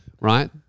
right